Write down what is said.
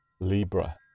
Libra